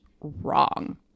wrong